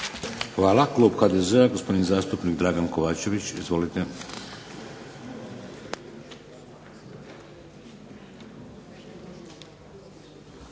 Hvala. Klub HDZ-a gospodin zastupnik Dragan KOvačević. Izvolite.